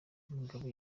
mugabe